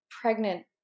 pregnant